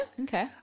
Okay